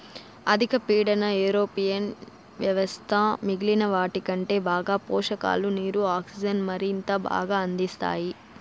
అధిక పీడన ఏరోపోనిక్ వ్యవస్థ మిగిలిన వాటికంటే బాగా పోషకాలు, నీరు, ఆక్సిజన్ను మరింత బాగా అందిస్తాయి